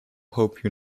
hope